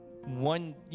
one